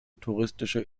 touristische